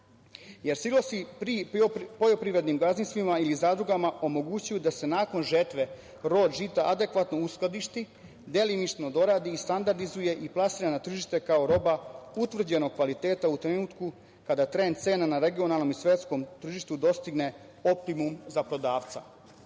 Jer, silosi pri poljoprivrednim gazdinstvima ili zadrugama omogućuju da se nakon žetve rod žita adekvatno uskladišti, delimično doradi, standardizuje i plasira na tržište kao roba utvrđenog kvaliteta u trenutku kada trend cena na regionalnom i svetskom tržištu dostigne optimum za prodavca. Jasno